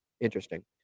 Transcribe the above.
Interesting